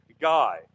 guy